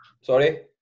sorry